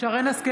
שרן מרים השכל,